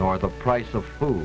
nor the price of food